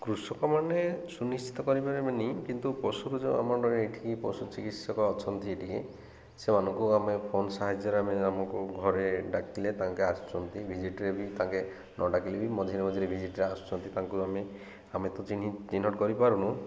କୃଷକମାନେ ସୁନିଶ୍ଚିତ କରିପାରିବିନି କିନ୍ତୁ ପଶୁର ଯେଉଁ ଆମ ଏଠିକି ପଶୁ ଚିକିତ୍ସକ ଅଛନ୍ତି ଏଠିକେ ସେମାନଙ୍କୁ ଆମେ ଫୋନ ସାହାଯ୍ୟରେ ଆମେ ଆମକୁ ଘରେ ଡାକିଲେ ତାଙ୍କେ ଆସୁଛନ୍ତି ଭିଜିଟ୍ରେ ବି ତାଙ୍କେ ନ ଡାକିଲେ ବି ମଝିରେ ମଝିରେ ଭିଜିଟ୍ରେ ଆସୁଛନ୍ତି ତାଙ୍କୁ ଆମେ ଆମେ ତ ଚିହ୍ନଟ କରିପାରୁନୁ